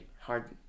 hard